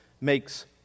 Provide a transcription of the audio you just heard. makes